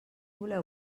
voleu